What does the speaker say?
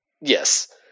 yes